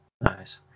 Nice